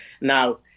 Now